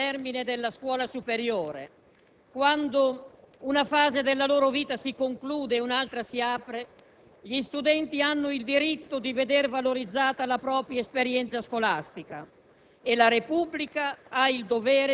anni, al termine della scuola superiore, quando una fase della loro vita si conclude e un'altra si apre, gli studenti hanno il diritto di veder valorizzata la propria esperienza scolastica